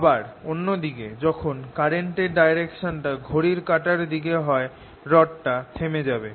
আবার অন্য দিকে যখন কারেন্ট এর ডাইরেকশন টা ঘড়ির কাঁটার দিকে হয় রডটা থেমে যাবে